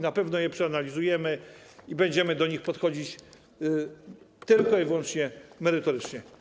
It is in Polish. Na pewno je przeanalizujemy i będziemy do nich podchodzić tylko i wyłącznie merytorycznie.